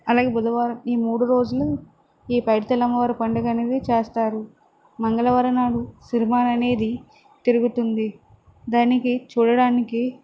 అలాగే బుధవారం ఈ మూడు రోజులు ఈ పైడితల్లి అమ్మవారి పండుగ అనేది చేస్తారు మంగళవారం నాడు సిరుమా అనేది తిరుగుతుంది దానికి చూడడానికి